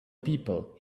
people